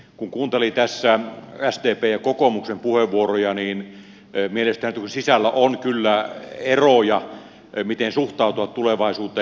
kun kuuntelin tässä sdpn ja kokoomuksen puheenvuoroja niin mielestäni siellä sisällä on kyllä eroja miten suhtautua tulevaisuuteen